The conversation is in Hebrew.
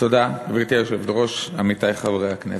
גברתי היושבת-ראש, עמיתי חברי הכנסת,